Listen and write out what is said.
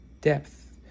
depth